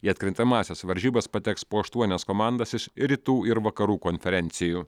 į atkrintamąsias varžybas pateks po aštuonias komandas iš rytų ir vakarų konferencijų